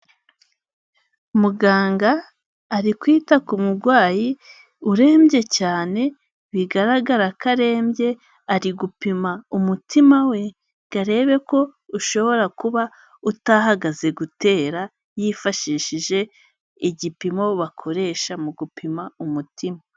Umuganga ari kwita ku murwayi urembye cyane bigaragara ko arembye, ari gupima umutima we garebe ko ushobora kuba utahagaze gutera, yifashishije igipimo bakoresha mu gupima umutima.